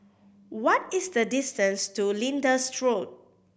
what is the distance to Lyndhurst Road